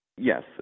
Yes